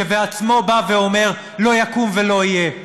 בעצמו בא ואומר: לא יקום ולא יהיה.